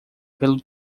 pelo